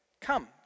Come